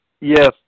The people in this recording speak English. Yes